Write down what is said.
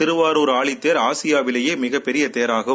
திருவாரூர் ஆழித்தேர் ஆசியாவிலேயே மிகப்பெரிய தேராகும்